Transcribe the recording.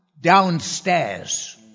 downstairs